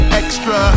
extra